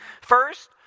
First